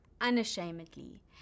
unashamedly